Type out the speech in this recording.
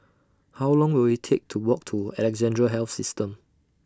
How Long Will IT Take to Walk to Alexandra Health System